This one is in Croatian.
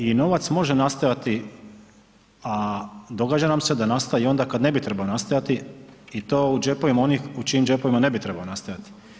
I novac može nastajati, a događa vam se da nastaje i onda kad ne bi trebao nastajati i to u džepovima onih u čijim džepovima ne bi trebao nastajati.